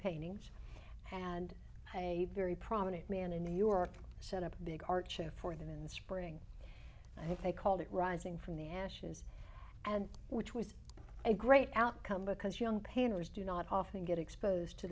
paintings and a very prominent man in new york set up a big art show for them in the spring i think they called it rising from the ashes and which was a great outcome because young painters do not often get exposed to